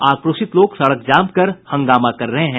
आक्रोशित लोग सड़क जाम कर हंगामा कर रहे हैं